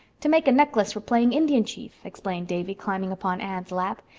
to make a necklace for playing indian chief, explained davy, climbing upon anne's lap.